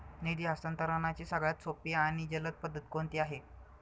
निधी हस्तांतरणाची सगळ्यात सोपी आणि जलद पद्धत कोणती आहे?